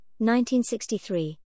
1963